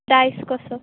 prize कसो